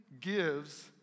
gives